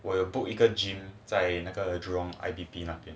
我有 book 一个 gym 在那个 jurong ivp 那边